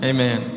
Amen